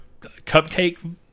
Cupcake